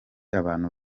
abantu